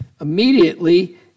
immediately